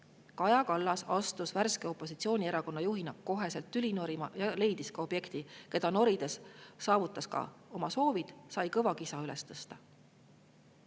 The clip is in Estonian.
Kaja Kallas asus värske opositsioonierakonna juhina kohe tüli norima ja leidis ka objekti, keda norides saavutas oma soovid, sai kõva kisa